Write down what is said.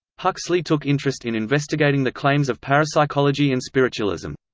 huxley took interest in investigating the claims of parapsychology and spiritualism.